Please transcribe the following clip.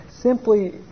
simply